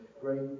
great